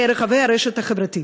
ברחבי הרשת החברתית?